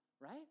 right